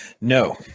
no